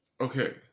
Okay